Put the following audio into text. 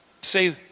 Say